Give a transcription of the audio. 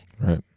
Right